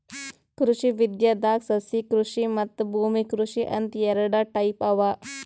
ಕೃಷಿ ವಿದ್ಯೆದಾಗ್ ಸಸ್ಯಕೃಷಿ ಮತ್ತ್ ಭೂಮಿ ಕೃಷಿ ಅಂತ್ ಎರಡ ಟೈಪ್ ಅವಾ